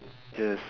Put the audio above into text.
yes